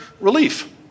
relief